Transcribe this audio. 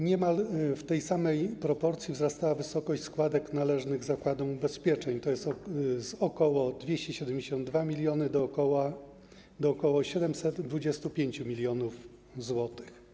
Niemal w tej samej proporcji wzrastała wysokość składek należnych zakładom ubezpieczeń, tj. z ok. 272 mln do ok. 725 mln zł.